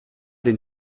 den